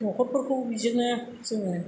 न'खरफोरखौ बिजोंनो जोङो